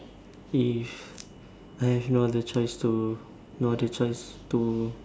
if I have no other choice to no other choice to